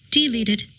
Deleted